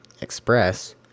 express